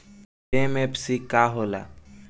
MFC का होला?